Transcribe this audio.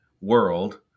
world